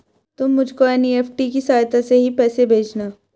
तुम मुझको एन.ई.एफ.टी की सहायता से ही पैसे भेजना